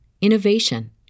innovation